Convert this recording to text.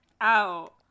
out